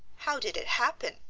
how did it happen?